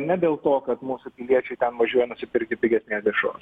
ne dėl to kad mūsų piliečiai ten važiuoja nusipirkti pigesnės dešros